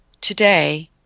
today